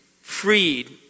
freed